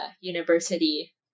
university